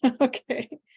Okay